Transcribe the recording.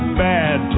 bad